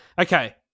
okay